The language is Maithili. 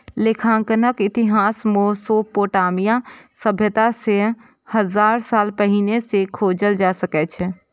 लेखांकनक इतिहास मोसोपोटामिया सभ्यता सं हजार साल पहिने सं खोजल जा सकै छै